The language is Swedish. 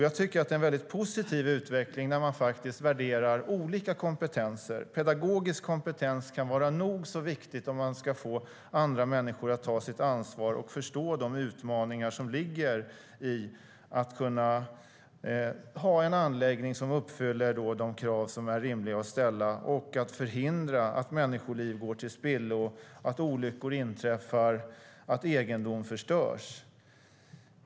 Jag tycker att det är en positiv utveckling där man faktiskt värderar olika kompetenser. Pedagogisk kompetens kan vara nog så viktig om man ska få andra människor att ta sitt ansvar och förstå de utmaningar som ligger i att kunna ha en anläggning som uppfyller de krav som är rimliga att ställa. Och det handlar om att förhindra att människoliv går till spillo, att olyckor inträffar och att egendom förstörs.